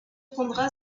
prendra